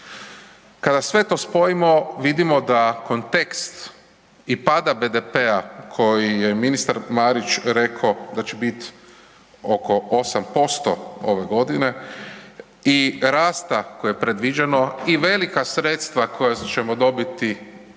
kada sve to spojimo, vidimo da kontekst i pada BDP-a koji je ministar Marić reko da će biti oko 8% ove godine i rasta koji je predviđeno i velika sredstva koja ćemo dobiti